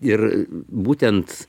ir būtent